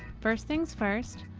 first things first.